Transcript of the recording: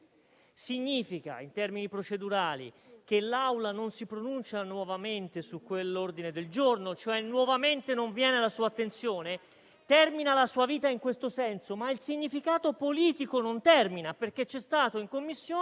significa, in termini procedurali, che l'Aula non si pronuncia nuovamente su quell'ordine del giorno, e cioè nuovamente non viene alla sua attenzione. Termina la sua vita in questo senso, ma il significato politico non termina, perché ci sono stati in Commissione